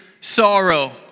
sorrow